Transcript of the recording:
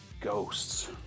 ghosts